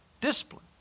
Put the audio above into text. Discipline